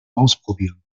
ausprobieren